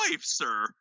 sir